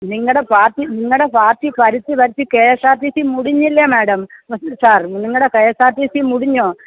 നിങ്ങളുടെ പാർട്ടി നിങ്ങളുടെ പാർട്ടി ഭരിച്ച് ഭരിച്ച് K S R T C മുടിഞ്ഞില്ലേ മാഡം സർ നിങ്ങളുടെ K S R T C മുടിഞ്ഞോ